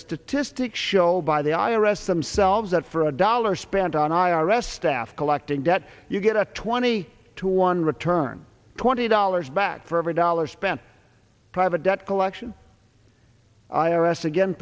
statistics show by the i r s themselves that for a dollar spent on i r s staff collecting debt you get a twenty to one return twenty dollars back for every dollar spent private debt collection i r s again